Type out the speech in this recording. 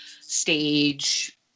stage